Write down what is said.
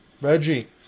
Reggie